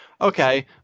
Okay